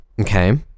Okay